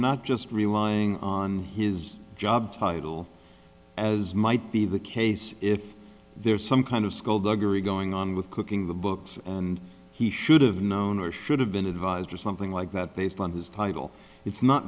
not just relying on his job title as might be the case if there's some kind of skullduggery going on with cooking the books and he should have known or should have been advised or something like that based on his title it's not